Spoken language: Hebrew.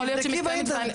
אז תבדקי באינטרנט.